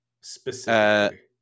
specifically